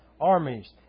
armies